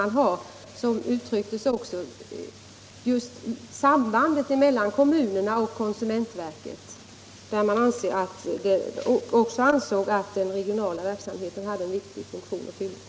Vidare gäller det sambandet mellan kommunerna och konsumentverket, där man också ansåg att den regionala verksamheten har en viktig funktion att fylla.